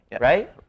right